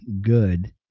good